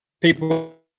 people